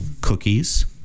cookies